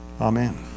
Amen